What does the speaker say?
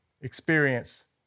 experience